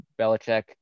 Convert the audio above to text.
Belichick